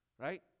right